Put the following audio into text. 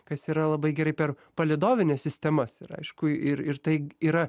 kas yra labai gerai per palydovines sistemas ir aišku ir ir tai yra